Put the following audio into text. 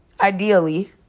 ideally